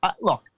Look